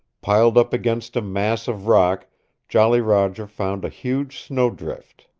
piled up against a mass of rock jolly roger found a huge snow drift.